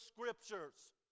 scriptures